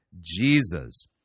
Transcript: Jesus